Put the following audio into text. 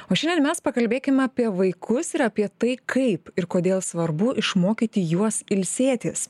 o šiandien mes pakalbėkime apie vaikus ir apie tai kaip ir kodėl svarbu išmokyti juos ilsėtis